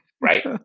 Right